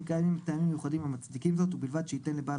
קיימים טעמים מיוחדים המצדיקים זאת ובלבד שיתן לבעל